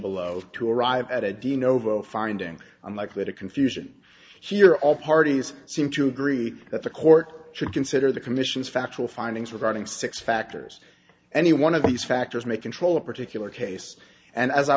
below to arrive at a de novo finding i'm likely to confusion here all parties seem to agree that the court should consider the commission's factual findings regarding six factors any one of these factors may control a particular case and as i